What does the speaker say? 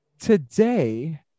today